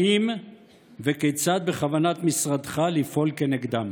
2. האם וכיצד בכוונת משרדך לפעול כנגדם?